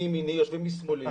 יושבים לימיני ויושבים לשמאלי.